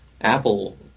Apple